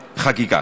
לחקיקה.